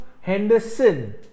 Henderson